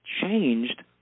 changed